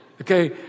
Okay